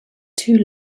two